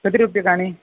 कति रूप्यकाणि